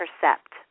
percept